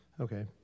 Okay